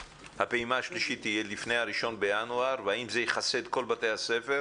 הפעימה השלישית תהיה לפני ה-1 בינואר והאם זה יכסה את כל בתי הספר,